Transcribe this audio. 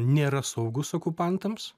nėra saugus okupantams